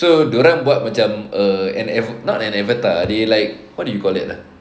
so dorang buat macam uh and if not an avatar they like what do you call it lah